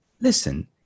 listen